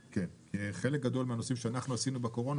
חלק גדול מהנושאים שאנחנו עשינו מהקורונה,